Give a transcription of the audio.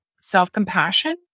Self-Compassion